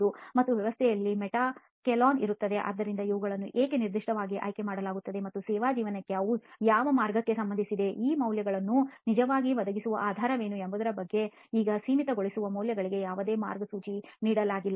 ಮತ್ತು ವ್ಯವಸ್ಥೆಯಲ್ಲಿ ಮೆಟಾಕಾಲಿನ್ ಇರುತ್ತದೆ ಆದ್ದರಿಂದ ಇವುಗಳನ್ನು ಏಕೆ ನಿರ್ದಿಷ್ಟವಾಗಿ ಆಯ್ಕೆಮಾಡಲಾಗಿದೆ ಮತ್ತು ಸೇವಾ ಜೀವನಕ್ಕೆ ಅವು ಯಾವ ಮಾರ್ಗಕ್ಕೆ ಸಂಬಂಧಿಸಿವೆ ಈ ಮೌಲ್ಯಗಳನ್ನು ನಿಜವಾಗಿ ಒದಗಿಸುವ ಆಧಾರವೇನು ಎಂಬುದರ ಬಗ್ಗೆ ಈ ಸೀಮಿತಗೊಳಿಸುವ ಮೌಲ್ಯಗಳಿಗೆ ಯಾವುದೇ ಮಾರ್ಗಸೂಚಿ ನೀಡಲಾಗಿಲ್ಲ